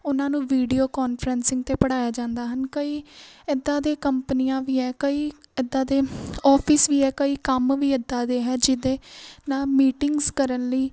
ਉਹਨਾਂ ਨੂੰ video conferencing 'ਤੇ ਪੜ੍ਹਾਇਆ ਜਾਂਦਾ ਹਨ ਕਈ ਇੱਦਾਂ ਦੇ ਕੰਪਨੀਆਂ ਵੀ ਹੈ ਕਈ ਇੱਦਾਂ ਦੇ ਆਫਿਸ ਵੀ ਹੈ ਕਈ ਕੰਮ ਵੀ ਇੱਦਾਂ ਦੇ ਹੈ ਜਿਹਦੇ ਨਾਲ ਮੀਟਿੰਗਸ ਕਰਨ ਲਈ